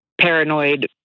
paranoid